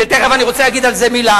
ותיכף אני רוצה להגיד על זה מלה.